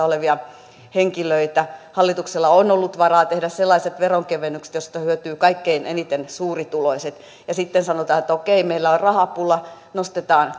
olevia henkilöitä ja hallituksella on ollut varaa tehdä sellaiset veronkevennykset joista hyötyvät kaikkein eniten suurituloiset ja sitten sanotaan että okei meillä on rahapula nostetaan